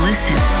Listen